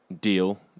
deal